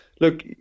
look